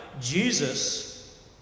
Jesus